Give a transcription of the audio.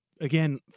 Again